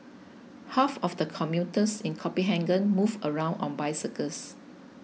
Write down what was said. half of the commuters in Copenhagen move around on bicycles